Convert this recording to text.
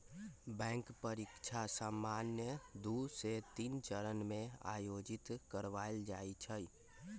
bank परीकछा सामान्य दू से तीन चरण में आयोजित करबायल जाइ छइ